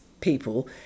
people